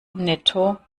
netto